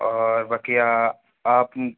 اور بقیہ آپ